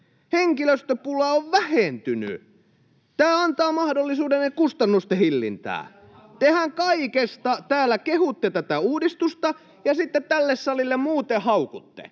henkilöstöpula on vähentynyt ja tämä antaa mahdollisuuden kustannusten hillintään. [Oikealta: Se antaa mahdollisuuden!] Kun te kaikesta täällä kehutte tätä uudistusta ja sitten tälle salille muuten haukutte,